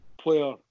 player